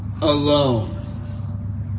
alone